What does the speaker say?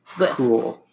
cool